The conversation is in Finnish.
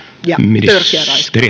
ja törkeä raiskaus